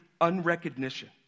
unrecognition